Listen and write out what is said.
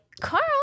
Carl